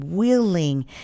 Willing